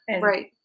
right